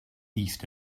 east